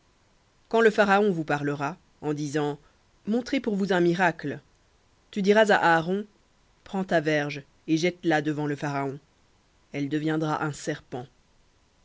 quand le pharaon vous parlera en disant montrez pour vous un miracle tu diras à aaron prends ta verge et jette la devant le pharaon elle deviendra un serpent